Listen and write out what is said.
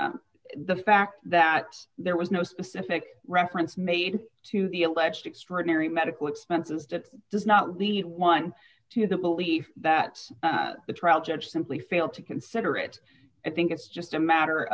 out the fact that there was no specific reference made to the alleged extraordinary medical expenses that does not lead one to the belief that the trial judge simply failed to consider it i think it's just a matter